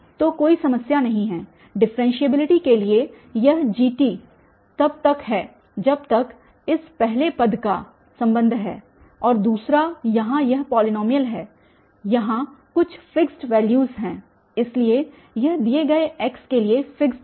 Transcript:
तो कोई समस्या नहीं है डिफ़रेन्शियेबलिटी के लिए यह Gt तब तक है जब तक इस पहले पद का संबंध है और दूसरा यहाँ यह पॉलीनॉमियल है यहाँ कुछ फिक्सड वैल्यू हैं इसलिए यह दिए गए x के लिए फिक्सड है